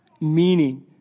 meaning